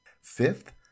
Fifth